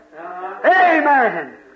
Amen